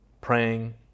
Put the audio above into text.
praying